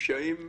בפשעים מסוימים.